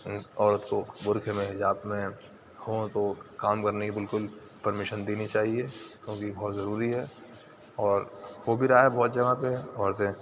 عورتوں برقعے میں حجاب میں ہوں تو کام کرنے کی بالکل پرمیشن دینی چاہیے وہ بھی بہت ضروری ہے اور ہو بھی رہا ہے بہت جگہ پہ عورتیں